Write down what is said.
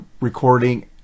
recording